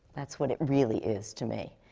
that's what it really is to me.